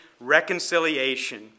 reconciliation